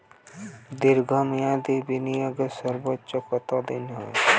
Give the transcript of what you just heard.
দীর্ঘ মেয়াদি বিনিয়োগের সর্বোচ্চ কত দিনের হয়?